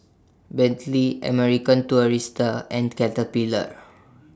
Bentley American Tourister and Caterpillar